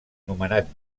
nomenat